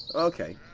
ok.